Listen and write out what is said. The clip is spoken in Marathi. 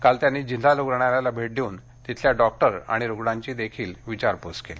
काल त्यांनी जिल्हा रुग्णालयाला भेट देऊन तिथल्या डॉक्टर आणि रुग्णांची विचारपूसही केली